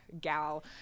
gal